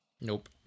Nope